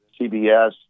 CBS